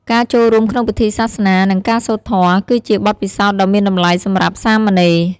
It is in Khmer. ការចូលរួមក្នុងពិធីសាសនា និងការសូត្រធម៌ គឺជាបទពិសោធន៍ដ៏មានតម្លៃសម្រាប់សាមណេរ។